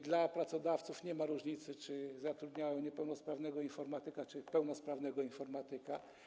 Dla pracodawców nie ma różnicy, czy zatrudniają niepełnosprawnego czy pełnosprawnego informatyka.